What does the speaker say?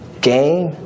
game